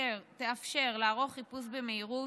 תאפשר לערוך חיפוש במהירות,